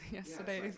yesterday